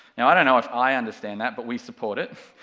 you know i don't know if i understand that but we support it,